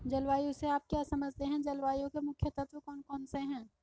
जलवायु से आप क्या समझते हैं जलवायु के मुख्य तत्व कौन कौन से हैं?